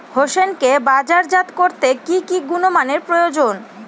হোসেনকে বাজারজাত করতে কি কি গুণমানের প্রয়োজন?